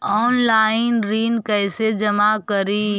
Online ऋण कैसे जमा करी?